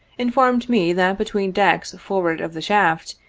informed me that between decks forward of the shaft,